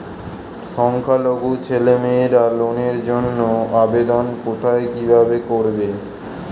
সংখ্যালঘু ছেলেমেয়েরা লোনের জন্য আবেদন কোথায় কিভাবে করবে?